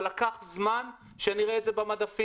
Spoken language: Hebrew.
אבל לקח זמן שנראה את זה במדפים.